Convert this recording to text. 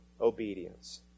obedience